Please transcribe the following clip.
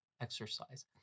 exercise